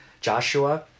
Joshua